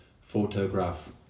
photograph